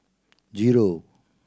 zero